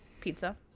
pizza